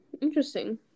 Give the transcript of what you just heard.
interesting